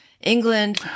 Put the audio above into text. England